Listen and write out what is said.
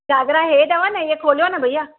घाघरा हे अथव न हे खोलियो न भैया